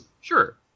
Sure